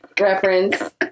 reference